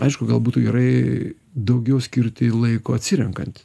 aišku gal būtų gerai daugiau skirti laiko atsirenkant